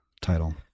title